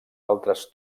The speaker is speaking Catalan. altres